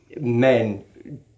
men